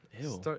Ew